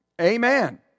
Amen